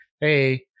Hey